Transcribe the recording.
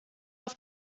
auf